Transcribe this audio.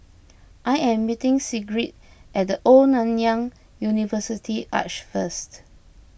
I am meeting Sigrid at the Old Nanyang University Arch first